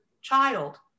child